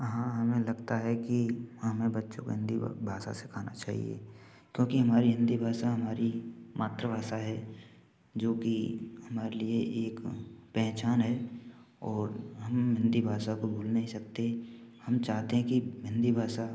हाँ हमें लगता है कि हाँ हमें बच्चों को हिंदी भाषा सिखाना चाहिए क्योंकि हमारी हिंदी भाषा हमारी मातृभाषा है जो कि हमारे लिए एक पहचान है और हम हिंदी भाषा को भूल नहीं सकते हम चाहते हैं कि हिंदी भाषा